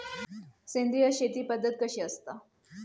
सेंद्रिय शेती पद्धत कशी असता?